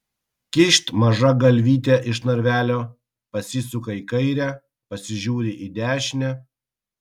kyšt maža galvytė iš narvelio pasisuka į kairę pasižiūri į dešinę